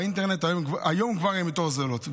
באינטרנט כבר היום הן יותר זולות,